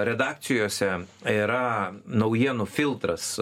redakcijose yra naujienų filtras